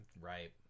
Right